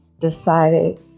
decided